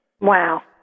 Wow